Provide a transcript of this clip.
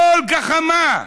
כל גחמה,